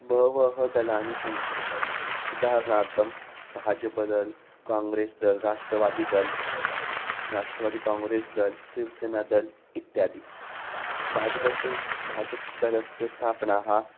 बहूनि दलानि सन्ति उदाहरणार्थं भाजपदल् काङ्ग्रेस् दल् राष्ट्रवादी दल् राष्ट्रवादी कोङ्ग्रेस् दल् सिवसेनादल् इत्यादि भाजपस्य भाजप् दलस्य स्थापना